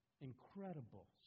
Incredible